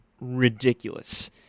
ridiculous